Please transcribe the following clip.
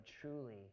truly